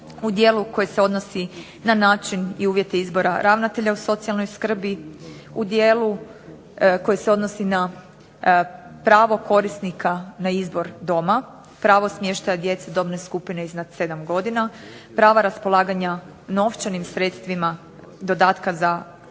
u dijelu koji se odnosi na način i uvjete izbora ravnatelja u socijalnoj skrbi, u dijelu koji se odnosi na pravo korisnika na izbor doma, pravo smještaja djece dobne skupine iznad 7 godina, prava raspolaganja novčanim sredstvima dodatka za osobne